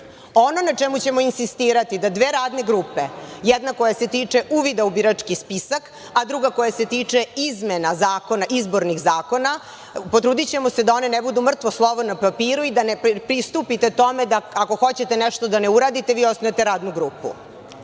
na čemu ćemo insistirati da dve radne grupe, jedna koja se tiče uvida u birački spisak, a druga koja se tiče izmena izbornih zakona. Potrudićemo se da one ne budu mrtvo slovo na papiru i da ne pristupite tome da ako hoćete nešto da ne uradite, vi osnujete radnu